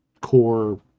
core